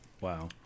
wow